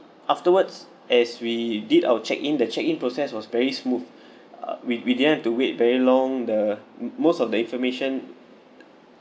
afterwards as we did our check in the check in process was very smooth uh we we didn't have to wait very long the m~ most of the information